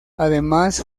además